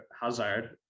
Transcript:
Hazard